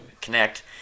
connect